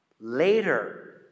later